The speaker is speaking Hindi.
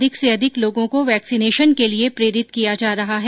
अधिक से अधिक लोगों को वैक्सिनेशन के लिए प्रेरित किया जा रहा है